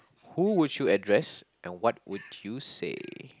who would you address and what would you say